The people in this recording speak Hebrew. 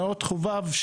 נאות חובב,